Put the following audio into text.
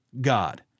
God